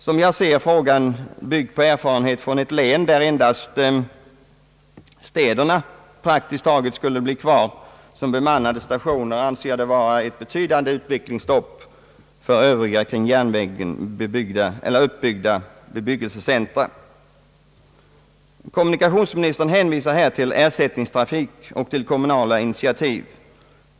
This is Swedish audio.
Som jag ser frågan — med erfarenhet från ett län där praktiskt taget endast städerna skulle bli kvar som bemannade stationer — anser jag det vara ett betydande utvecklingsstopp för övriga bebyggelsecentra kring järnvägen. Kommunikationsministern hänvisar här till ersättningstrafik och kommunala initiativ.